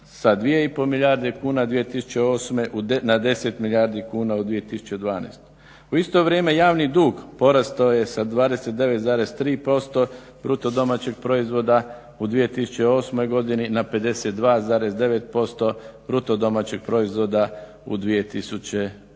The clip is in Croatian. sa 2,5 milijarde kuna 2008. na 10 milijardi kuna u 2012. U isto vrijeme javni dug porastao je sa 29,3% BDP-a u 2008. godini na 52,9% BDP-a u 2012.